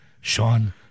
Sean